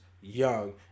young